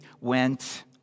went